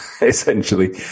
essentially